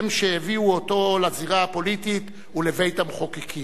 הן שהביאו אותו לזירה הפוליטית ולבית-המחוקקים.